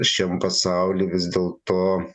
šiam pasauly vis dėlto